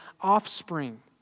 offspring